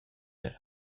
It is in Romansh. per